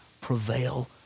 prevail